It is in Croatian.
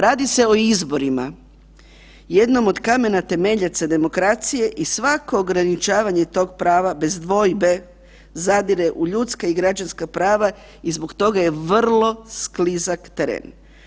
Radi se o izborima, jednom od kamena temeljaca demokracije i svako ograničavanje tog prava bez dvojbe zadire u ljudska i građanska prava i zbog toga je vrlo sklizak teren.